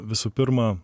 visų pirma